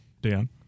Dan